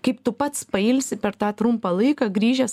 kaip tu pats pailsi per tą trumpą laiką grįžęs